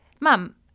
mum